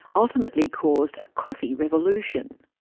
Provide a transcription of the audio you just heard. ultimately caused a coffee revolution.